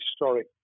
historic